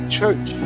church